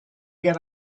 get